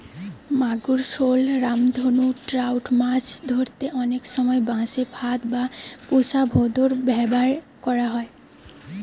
মাগুর, শল, রামধনু ট্রাউট মাছ ধরতে অনেক সময় বাঁশে ফাঁদ বা পুশা ভোঁদড় ব্যাভার করা হয়